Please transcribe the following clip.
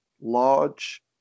large